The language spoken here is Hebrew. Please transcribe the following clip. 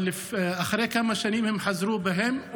אחרי כמה שנים הם חזרו בהם,